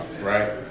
right